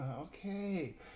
okay